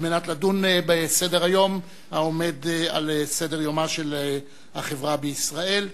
על מנת לדון בסדר-היום העומד על סדר-יומה של החברה בישראל.